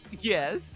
yes